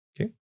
Okay